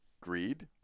greed